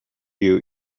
you